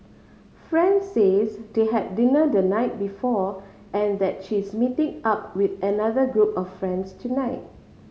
friend says they had dinner the night before and that she's meeting up with another group of friends tonight